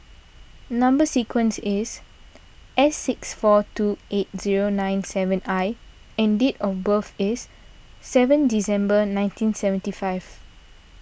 Number Sequence is S six four two eight zero nine seven I and date of birth is seven December ninety seventy five